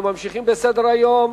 אנחנו ממשיכים בסדר-היום: